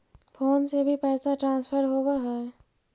Phone से भी पैसा ट्रांसफर होवहै?